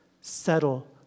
Settle